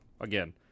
again